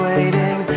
Waiting